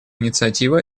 инициатива